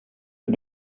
för